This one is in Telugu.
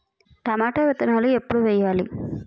టొమాటో విత్తనాలు ఎప్పుడు వెయ్యాలి?